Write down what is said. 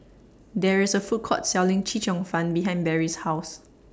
There IS A Food Court Selling Chee Cheong Fun behind Barrie's House